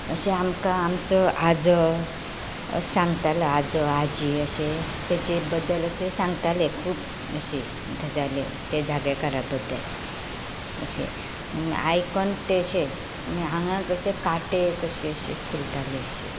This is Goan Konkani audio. अशें आमकां आमचो आजो सांगतालो आजो आजी अशें ताजे बद्दल अशें सांगतालें खूब अशें गजाल्यो ते जागेकारा बद्दल अशें आयकून तें अशें मागीर आंगाक अशे कांटे कशे अशे फुलताले अशे